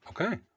Okay